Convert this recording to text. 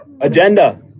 agenda